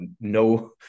no